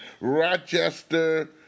Rochester